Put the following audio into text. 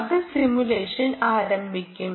ഇത് സിമുലേഷൻ ആരംഭിക്കും